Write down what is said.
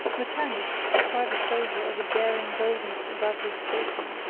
maternus, a private soldier, of a daring boldness above his station,